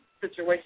situation